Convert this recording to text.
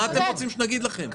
מה אתם רוצים שנגיד לכם?